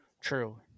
True